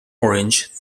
orange